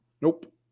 Nope